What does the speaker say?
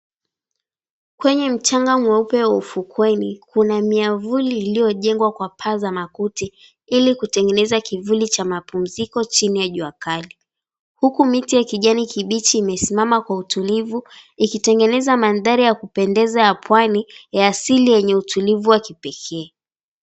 Kwenye mchanga mweupe wa ufukweni kuna miavuli iliyojengwa kwa paa za makuti ili kutengeneza kivuli cha mapumziko chini ya jua kali huku miti ya kijani kibichi imesimama kwa utulivu ikitengeneza mandhari ya kupendeza ya pwani ya asili yenye utulivu wa kipekee.